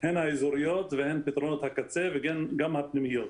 הן האזוריות והן פתרונות הקצה וגם הפנימיות.